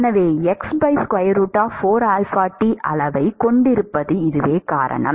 எனவே அளவைக் கொண்டிருப்பதற்கு இதுவே காரணம்